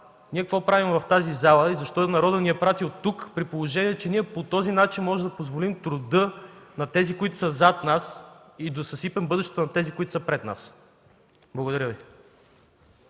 ние какво правим в тази зала и защо народът ни е пратил тук, при положение, че по този начин можем да позволим да съсипем труда на тези, които са зад нас и бъдещето на тези, които са пред нас. Благодаря Ви.